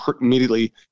immediately